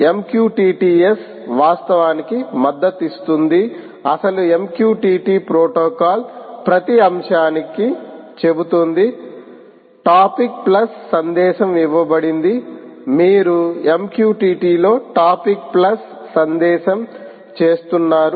MQTT S వాస్తవానికి మద్దతు ఇస్తుంది అసలు MQTT ప్రోటోకాల్ ప్రతి అంశానికి చెబుతుంది టాపిక్ ప్లస్ సందేశం ఇవ్వబడింది మీరు MQTT లో టాపిక్ ప్లస్ సందేశం చేస్తున్నారు